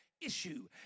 issue